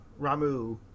Ramu